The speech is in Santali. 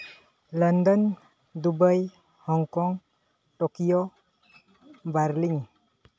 London Dubai Hong Kong Tokyo Berlin